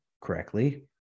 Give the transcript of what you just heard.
correctly